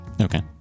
Okay